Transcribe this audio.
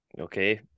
Okay